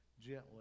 Gently